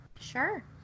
Sure